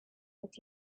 that